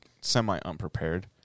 semi-unprepared